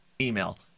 email